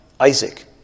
Isaac